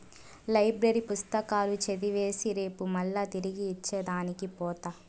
library పుస్తకాలు చదివేసి రేపు మల్లా తిరిగి ఇచ్చే దానికి పోత